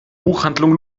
buchhandlung